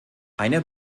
einer